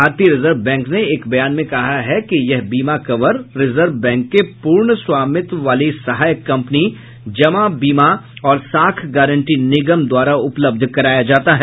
भारतीय Reserve Bank ने एक बयान में कहा कि यह बीमा कवर रिजर्व बैंक के पूर्ण स्वामित्व वाली सहायक कंपनी जमा बीमा और साख गारंटी निगम द्वारा उपलब्ध कराया जाता है